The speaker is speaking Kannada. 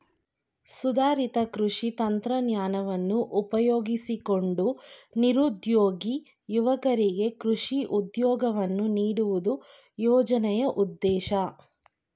ಸುಧಾರಿತ ಕೃಷಿ ತಂತ್ರಜ್ಞಾನವನ್ನು ಉಪಯೋಗಿಸಿಕೊಂಡು ನಿರುದ್ಯೋಗಿ ಯುವಕರಿಗೆ ಕೃಷಿ ಉದ್ಯೋಗವನ್ನು ನೀಡುವುದು ಯೋಜನೆಯ ಉದ್ದೇಶ